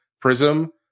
Prism